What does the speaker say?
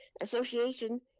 Association